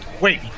Wait